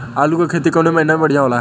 आलू क खेती कवने महीना में बढ़ियां होला?